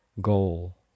goal